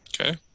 okay